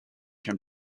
can